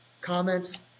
comments